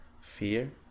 Fear